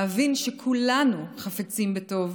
להבין שכולנו חפצים בטוב,